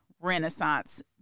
Renaissance